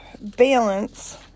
balance